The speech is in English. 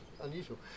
unusual